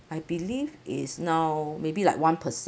I believe is now maybe like one percent